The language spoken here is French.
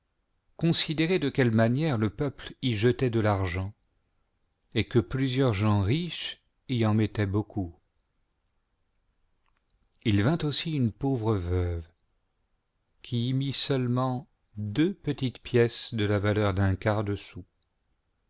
considérait de quelle manière le peuple y jetait de l'argent et que plusieurs gens riches y en mettaient beaucoup il vint aussi une pauvre veuve qui y mit seulement deux petites pièces de la valeur d'un quart